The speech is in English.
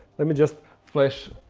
let me just flash